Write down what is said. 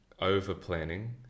over-planning